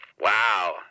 Wow